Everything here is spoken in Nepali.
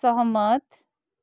सहमत